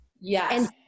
Yes